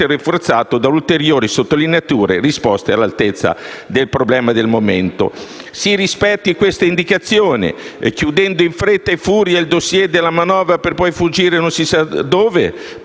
rafforzato dall'ulteriore sottolineatura: «risposte all'altezza dei problemi del momento». Si rispetta questa indicazione, chiudendo in fretta e furia il *dossier* della manovra, per poi fuggire non si sa dove,